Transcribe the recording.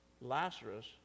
Lazarus